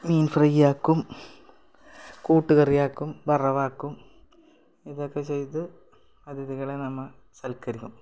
മീൻ ഫ്രൈയാക്കും കൂട്ടുകറിയാക്കും വറവാക്കും ഇതൊക്കെ ചെയ്ത് അതിഥികളെ നമ്മൾ സത്ക്കരിക്കും